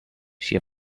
she